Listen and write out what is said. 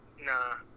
Nah